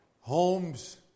homes